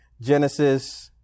Genesis